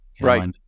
right